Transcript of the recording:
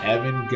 Evan